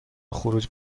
خروج